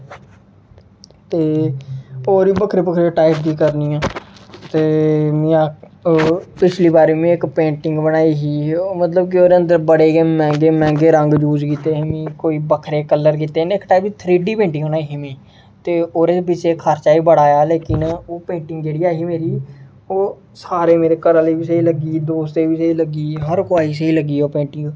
ते होर बी बक्खरे बक्खरे टाइप दी करनियां ते जि'यां पिछली बारी में इक पेंटिंग बनाई ही ओह् मतलब कि ओहदे अंदर बडे़ गै मैहंगे मैहंगे रंग यूज़ कीते हे कोई बक्खरे कलर कीते में इक टाइप दी थ्री डी पेंटिंग बनाई ही में ते ओह्दे पिच्छे खर्चा बी बड़ा आया हा लेकिन ओह् में पेंटिंग जेह्ड़ी ऐही मेरी ओह् सारे मेरे घरे आह्ले गी बी स्हेई लग्गी दोस्तें बी स्हेई लग्गी हर कुसै गी स्हेई लग्गी ओह् पेंटिंग